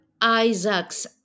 Isaac's